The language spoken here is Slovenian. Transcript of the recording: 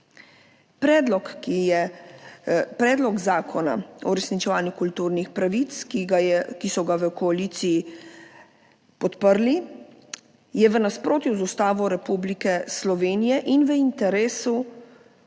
Predlog zakona o uresničevanju kulturnih pravic, ki so ga v koaliciji podprli, je v nasprotju z Ustavo Republike Slovenije in interesom